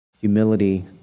Humility